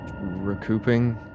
recouping